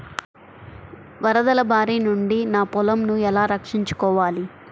వరదల భారి నుండి నా పొలంను ఎలా రక్షించుకోవాలి?